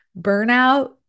Burnout